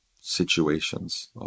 situations